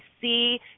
see